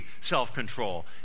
self-control